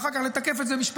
ואחר כך לתקף את זה משפטית.